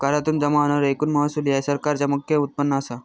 करातुन जमा होणारो एकूण महसूल ह्या सरकारचा मुख्य उत्पन्न असा